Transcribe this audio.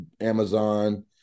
Amazon